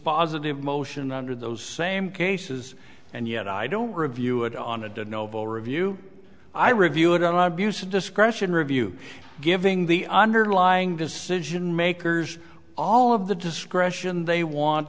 dispositive motion under those same cases and yet i don't review it on a did novo review i review it and i've used discretion review giving the underlying decision makers all of the discretion they want